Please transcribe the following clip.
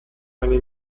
eine